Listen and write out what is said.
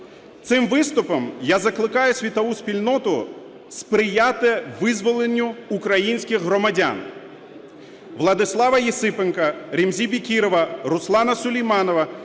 Цим вступом я закликаю світову спільноту сприяти визволенню українських громадян: Владислава Єсипенка, Ремзі Бекірова, Руслана Сулейманова,